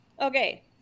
Okay